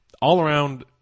all-around